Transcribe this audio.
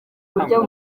buryo